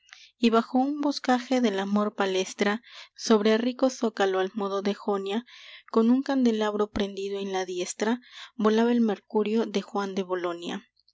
y bajo un boscaje del amor palestra sobre rico zócalo al modo de jonia con un candelabro prendido en la diestra volaba el mercurio de juan de bolonia